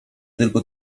tylko